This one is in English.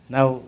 Now